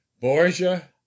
Borgia